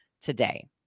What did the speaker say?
today